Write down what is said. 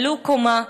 עלו קומה,